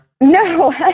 No